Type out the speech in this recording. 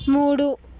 మూడు